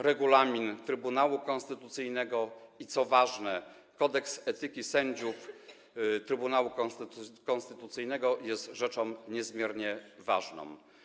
Regulamin Trybunał Konstytucyjnego i, co ważne, kodeks etyki sędziów Trybunału Konstytucyjnego są rzeczami niezmiernie ważnymi.